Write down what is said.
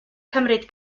cymryd